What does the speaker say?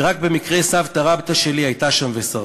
ורק במקרה סבתא רבתא שלי הייתה שם ושרדה.